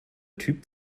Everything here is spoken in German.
typ